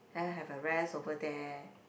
I have a rest over there